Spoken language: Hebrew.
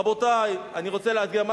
רבותי, אני רוצה להגיע.